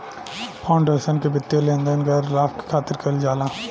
foundation के वित्तीय लेन देन गैर लाभ के खातिर कईल जाला